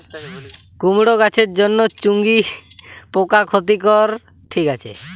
কুমড়ো গাছের জন্য চুঙ্গি পোকা ক্ষতিকর?